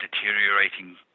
deteriorating